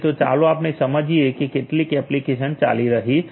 તો ચાલો આપણે સમજીયે કે કેટલીક એપ્લિકેશન ચાલી રહી છે